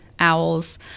owls